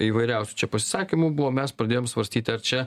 įvairiausių pasisakymų buvo mes pradėjom svarstyti ar čia